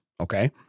Okay